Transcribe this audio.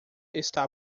está